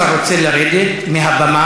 אם השר רוצה לרדת מהבמה,